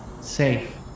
Safe